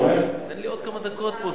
תן לי עוד כמה דקות.